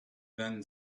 then